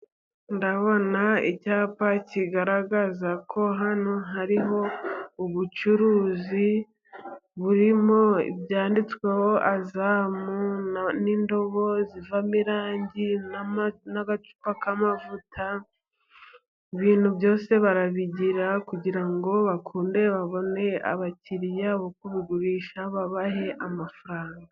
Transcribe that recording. Ndabona icyapa kigaragaza ko hano hariho ubucuruzi burimo ibyanditsweho azamu, n'indobo zivamo irangi n'agacupa k'amavuta ibintu byose barabigira, kugirango bakunde babone abakiriya bo kubigurisha babahe amafaranga.